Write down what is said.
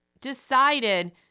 decided